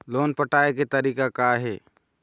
Loan पटाए के तारीख़ का हे?